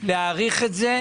להאריך את זה.